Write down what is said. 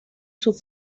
sus